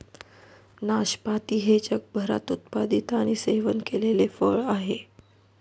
नाशपाती हे जगभरात उत्पादित आणि सेवन केलेले फळ आहे